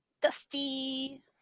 Dusty